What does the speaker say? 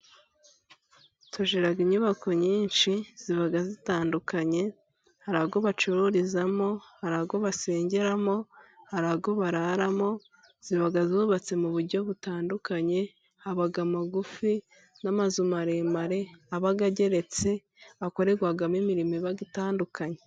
Tugira inyubako nyinshi ziba zitandukanye hari ayo bacururizamo, hari ayo basengeramo ,hari ayo bararamo, ziba zubatse mu buryo butandukanye haba amagufi n'amazu maremare aba ageretse akorerwamo imirimo iba itandukanye.